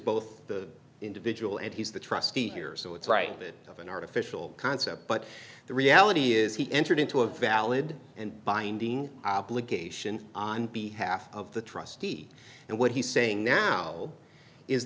both the individual and he's the trustee here so it's right bit of an artificial concept but the reality is he entered into a valid and binding obligation on behalf of the trustee and what he's saying now is